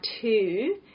two